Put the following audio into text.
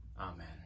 Amen